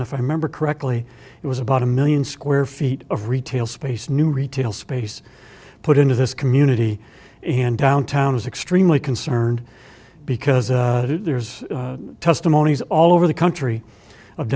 if i remember correctly it was about a million were feet of retail space new retail space put into this community downtown is extremely concerned because there's testimonies all over the country of